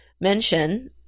mention